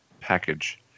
package